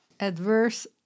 adverse